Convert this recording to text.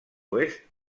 oest